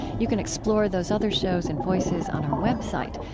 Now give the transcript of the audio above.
you can explore those other shows and voices on our website,